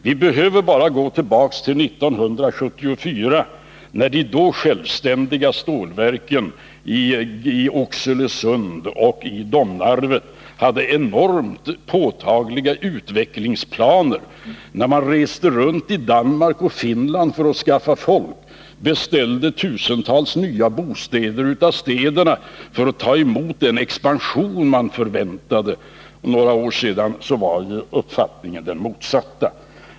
Vi behöver bara gå tillbaka till 1974, när de då självständiga stålverken i Oxelösund och Domnarvet hade påtagliga utvecklingsplaner, när man reste runt i Danmark och Finland för att skaffa folk och beställde hundratals nya bostäder av kommunerna för att kunna ta emot den expansion man förväntade. Några år senare var inriktningen den motsatta.